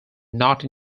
not